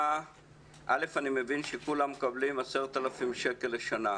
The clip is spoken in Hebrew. אני מבין שכולם מקבלים 10.000 שקל בשנה.